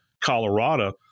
Colorado